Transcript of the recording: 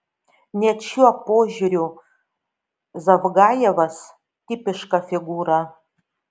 net šiuo požiūriu zavgajevas tipiška figūra